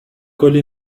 کلی